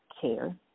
care